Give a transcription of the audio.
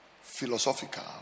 Philosophical